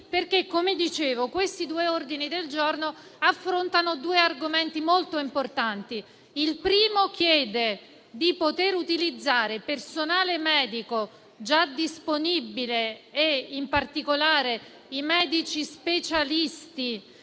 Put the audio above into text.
l'opportunità di». Questi due ordini del giorno affrontano due argomenti molto importanti. Il primo chiede di poter utilizzare personale medico già disponibile, e in particolare i medici specialisti,